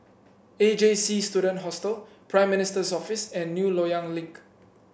A J C Student Hostel Prime Minister's Office and New Loyang Link